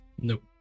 Nope